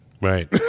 Right